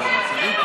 המדינה,